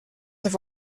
have